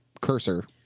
cursor